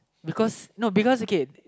because no because okay